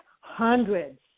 hundreds